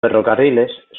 ferrocarriles